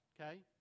okay